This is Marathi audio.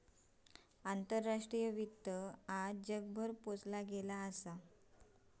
आंतराष्ट्रीय वित्त आज जगभर पोचला असा